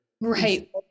Right